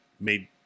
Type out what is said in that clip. made